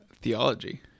theology